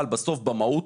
אבל בסוף, במהות,